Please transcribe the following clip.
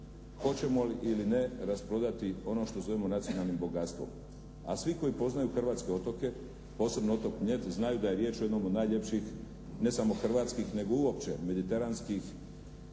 hoćemo li ili ne rasprodati ono što zovemo nacionalnim bogatstvom, a svi koji poznaju hrvatske otoke, posebno otok Mljet, znaju da je riječ o jednom od najljepših ne samo hrvatskih nego uopće mediteranskih